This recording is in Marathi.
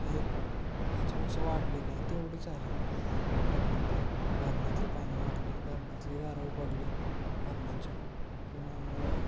आहे त्याच्यापेक्षा वाढलेली आहे तेवढीच आहे धरणातली धरणातली पाणी वाढली धरणातली दारं उघडली धरणाची की म